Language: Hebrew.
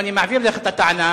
ואני מעביר לך את הטענה,